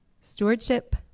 Stewardship